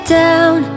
down